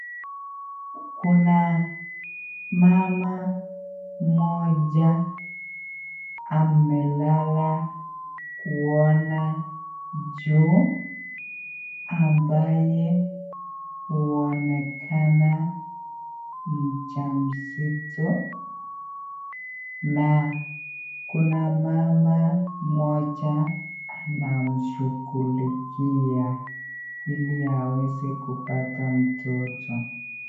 Kuna mama mmoja amelala kuona juu, ambaye huonekana mjamzito na kuna mama moja anamshughulikia ili aweze kupata mtoto.